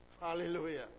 Hallelujah